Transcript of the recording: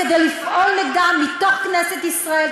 כדי לפעול נגדה מתוך כנסת ישראל,